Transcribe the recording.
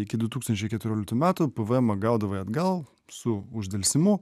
iki du tūkstančiai keturioliktų metų pėvėemą gaudavai atgal su uždelsimu